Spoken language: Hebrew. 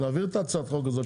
נעביר את הצעת החוק הזאת.